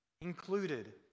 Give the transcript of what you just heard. included